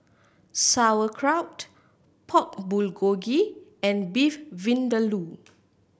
Sauerkraut Pork Bulgogi and Beef Vindaloo